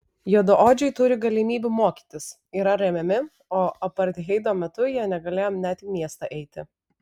juodaodžiai turi galimybių mokytis yra remiami o apartheido metu jie negalėjo net į miestą eiti